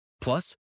Plus